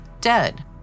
dead